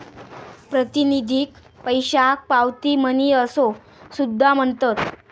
प्रातिनिधिक पैशाक पावती मनी असो सुद्धा म्हणतत